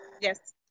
Yes